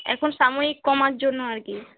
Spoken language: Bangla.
এখন সাময়িক কমার জন্য আর কি